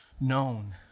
known